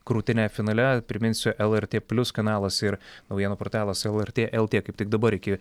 krūtine finale priminsiu lrt plius kanalas ir naujienų portalas lrt lt kaip tik dabar iki